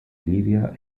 libia